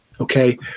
Okay